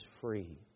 free